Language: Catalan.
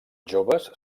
joves